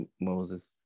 Moses